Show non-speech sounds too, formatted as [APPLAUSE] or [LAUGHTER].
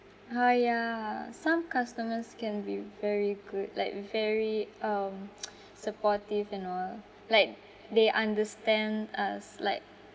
ah ya some customers can be very good like very um [NOISE] supportive and all like they understand us like